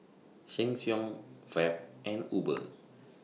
Sheng Siong Fab and Uber